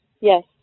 Yes